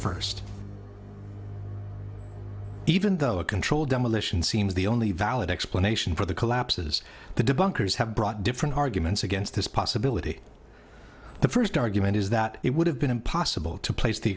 first even though a controlled demolition seems the only valid explanation for the collapses the debunkers have brought different arguments against this possibility the first argument is that it would have been impossible to place the